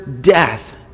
death